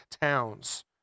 towns